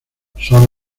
son